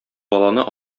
баланы